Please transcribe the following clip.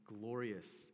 glorious